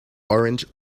orange